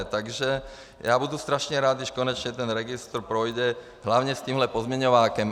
Takže já budu strašně rád, když konečně ten registr projde, hlavně s tímhle pozměňovákem.